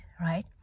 right